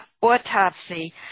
autopsy